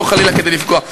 ולא חלילה כדי לפגוע.